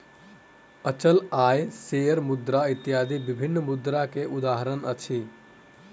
अचल आय, शेयर मुद्रा इत्यादि विभिन्न मुद्रा के उदाहरण अछि